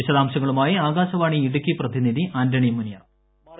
വിശദാംശങ്ങളുമായി ആകാശവാണി ഇടുക്കി പ്രതിനിധി ആന്റണി മുനിയറ